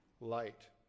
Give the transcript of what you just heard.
Light